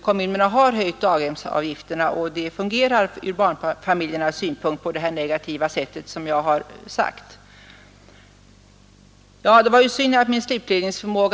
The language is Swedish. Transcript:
Kommunerna har höjt daghemsavgifterna, och det fungerar ur barnfamiljernas synpunkt på det sätt som jag har angivit. Att min slutledning